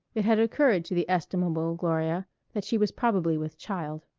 it had occurred to the estimable gloria that she was probably with child.